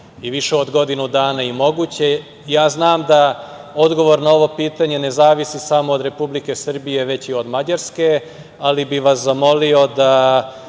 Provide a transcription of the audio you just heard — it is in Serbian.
i više od godinu dana moguća. Ja znam da odgovor na ovo pitanje ne zavisi samo od Republike Srbije, već i od Mađarske, ali bih vas zamolio da